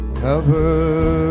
cover